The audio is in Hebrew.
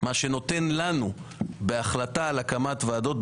מה שנותן לנו בהחלטה על הקמת ועדות,